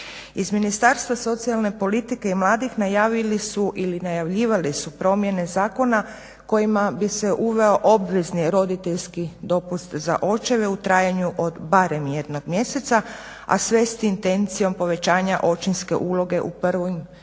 Iz Ministarstva socijalne politike i mladih najavili su ili najavljivali su promjene zakona kojima bi se uveo obvezni roditeljski dopust za očeve u trajanju od barem jednog mjeseca a sve s intencijom povećanja očinske uloge u prvim mjesecima